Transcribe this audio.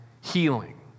healing